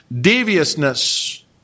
deviousness